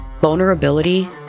vulnerability